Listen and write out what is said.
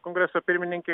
kongreso pirmininkė